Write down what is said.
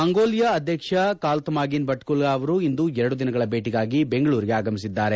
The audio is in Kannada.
ಮುಂಗೋಲಿಯಾ ಅಧ್ಯಕ್ಷ ಖಾಲ್ತಮಾಗಿನ್ ಬಟ್ಟಲ್ಗ ಅವರು ಇಂದು ಎರಡು ದಿನಗಳ ಭೇಟಿಗಾಗಿ ದೆಂಗಳೂರಿಗೆ ಆಗಮಿಸಿದ್ದಾರೆ